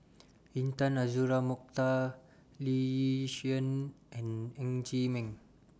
Intan Azura Mokhtar Lee Yi Shyan and Ng Chee Meng